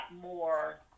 more